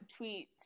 tweets